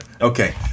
Okay